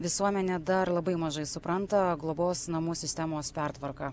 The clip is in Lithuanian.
visuomenė dar labai mažai supranta globos namų sistemos pertvarka